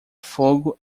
fogo